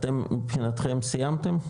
אתם מבחינתכם סיימתם?